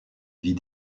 vit